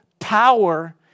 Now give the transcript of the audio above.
power